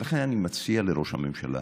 ולכן אני מציע לראש הממשלה,